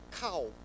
cow